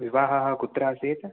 विवाहः कुत्र आसीत्